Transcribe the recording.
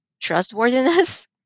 trustworthiness